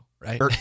right